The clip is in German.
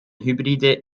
hybride